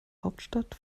hauptstadt